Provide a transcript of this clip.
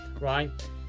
right